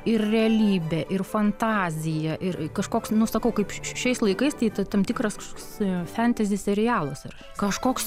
ir realybė ir fantazija ir kažkoks nu sakau kaip šiais laikais tai ta tam tikras toks fantazy serialas ir kažkoks